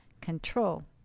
control